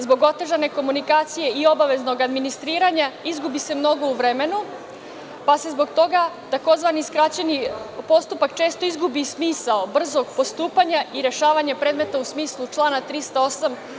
Zbog otežane komunikacije i obaveznog administriranja izgubi se mnogo u vremenu, pa se zbog toga takozvani skraćeni postupak često smisao brzog postupanja i rešavanja predmeta u smislu člana 308.